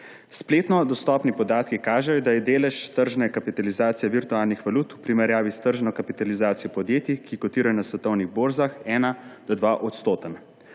Spletno dostopni podatki kažejo, da je delež tržne kapitalizacije virtualnih valut v primerjavi s tržno kapitalizacijo podjetij, ki kotirajo na svetovnih borzah, od 1- do 2-odstoten.